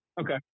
Okay